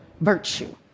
virtue